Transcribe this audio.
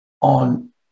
on